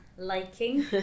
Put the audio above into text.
liking